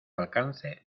alcance